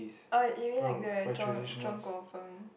uh you mean like the 中中国风